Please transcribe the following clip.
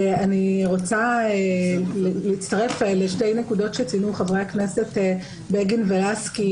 אני רוצה להצטרף לשתי נקודות שציינו חברי הכנסת בגין ולסקי,